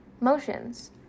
motions